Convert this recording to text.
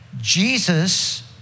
Jesus